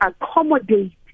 accommodate